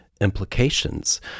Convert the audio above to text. implications